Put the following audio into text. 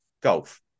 golf